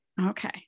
Okay